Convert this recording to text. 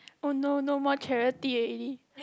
oh no no more charity already